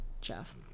Jeff